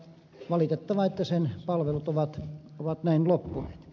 valitettavaa että sen palvelut ovat näin loppuneet